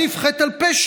וכדי להוסיף חטא על פשע,